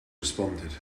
responded